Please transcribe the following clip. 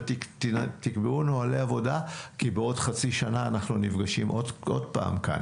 תקבעו נהלים כי בעוד חצי שנה אנחנו נפגשים שוב כאן.